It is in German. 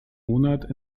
monat